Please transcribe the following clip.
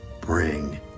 bring